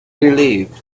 relieved